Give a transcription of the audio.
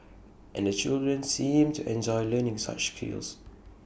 and the children seemed to enjoy learning such skills